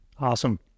Awesome